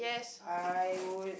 I would